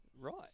Right